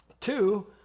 Two